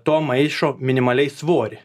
to maišo minimaliai svorį